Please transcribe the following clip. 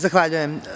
Zahvaljujem.